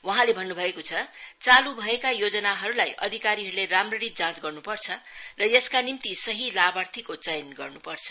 वहाँले भन्नु भएको छ चाल् भएका योजनाहरूलाई अधिकारीहरूले राम्ररी जाँच गर्नुपर्छ र यसका निम्ति सही लाभार्थीको चयन गर्नुपर्छ